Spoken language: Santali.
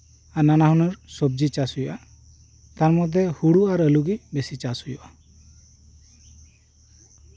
ᱱᱟᱱᱟᱦᱩᱱᱟᱹᱨ ᱥᱚᱵᱡᱤ ᱪᱟᱥ ᱦᱩᱭᱩᱜᱼᱟ ᱛᱟᱨ ᱢᱚᱫᱽᱫᱷᱮ ᱦᱳᱲᱳ ᱟᱨ ᱟᱞᱩ ᱜᱮ ᱵᱤᱥᱤ ᱪᱟᱥ ᱦᱩᱭᱩᱜᱼᱟ